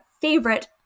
favorite